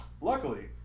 Luckily